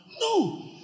No